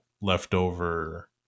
leftover